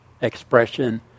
expression